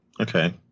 Okay